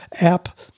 app